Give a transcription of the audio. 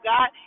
God